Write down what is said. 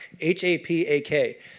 H-A-P-A-K